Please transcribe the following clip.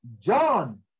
John